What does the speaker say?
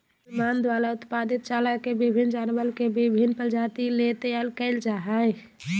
निर्माण द्वारा उत्पादित चारा के विभिन्न जानवर के विभिन्न प्रजाति ले तैयार कइल जा हइ